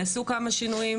נעשו כמה שינויים,